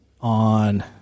On